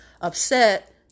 upset